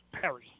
Perry